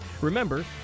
Remember